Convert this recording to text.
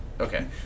Okay